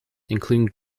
including